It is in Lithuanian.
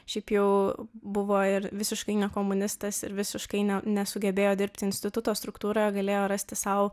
šiaip jau buvo ir visiškai ne komunistas ir visiškai ne nesugebėjo dirbti instituto struktūroje galėjo rasti sau